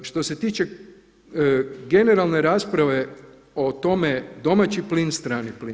Što se tiče generalne rasprave o tome domaći plin, strani plin.